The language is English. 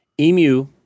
Emu